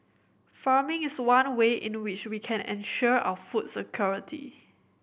farming is one way in which we can ensure our food security